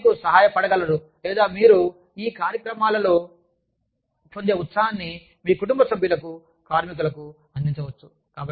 వారు మీకు సహాయపడగలరులేదా మీరు ఈ కార్యక్రమాలలో పొందే ఉత్సాహాన్ని మీ కుటుంబ సభ్యులకు కార్మికులకు అందించ వచ్చు